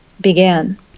began